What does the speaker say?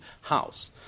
house